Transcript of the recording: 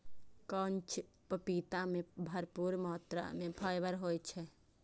कांच पपीता मे भरपूर मात्रा मे फाइबर होइ छै